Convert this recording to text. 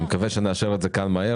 אני מקווה שנאשר את זה כאן מהר,